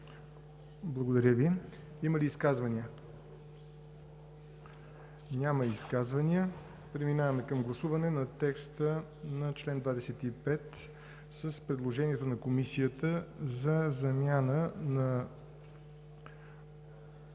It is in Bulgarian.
ЯВОР НОТЕВ: Има ли изказвания? Няма изказвания. Преминаваме към гласуване на текста на чл. 25 с предложението на Комисията за замяна на